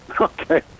Okay